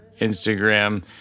Instagram